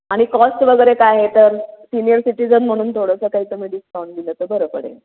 आणि कॉस्ट वगैरे काय आहे तर सिनयर सिटीजन म्हणून थोडसं काही तुम्ही डिस्काउंट दिलं तर बरं पडेल